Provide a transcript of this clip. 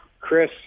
Chris